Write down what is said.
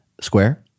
Square